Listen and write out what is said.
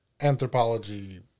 anthropology